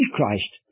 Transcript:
Christ